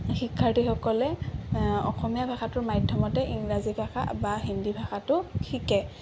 শিক্ষাৰ্থীসকলে অসমীয়া ভাষাটোৰ মাধ্যমতে ইংৰাজী ভাষা বা হিন্দী ভাষাটো শিকে